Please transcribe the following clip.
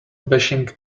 bashing